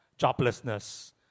joblessness